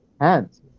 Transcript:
hands